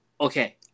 Okay